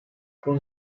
con